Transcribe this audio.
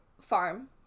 farm